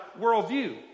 worldview